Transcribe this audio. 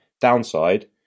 Downside